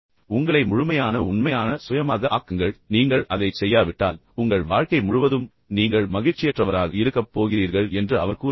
மேலும் உங்களை முழுமையான உண்மையான சுயமாக ஆக்குங்கள் நீங்கள் அதைச் செய்யாவிட்டால் உங்கள் வாழ்க்கையின் அனைத்து நாட்களிலும் நீங்கள் மகிழ்ச்சியற்றவராக இருக்கப் போகிறீர்கள் என்று அவர் கூறுகிறார்